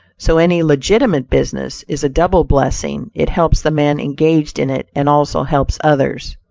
so any legitimate business is a double blessing it helps the man engaged in it, and also helps others.